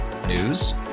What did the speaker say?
News